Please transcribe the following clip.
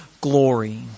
glory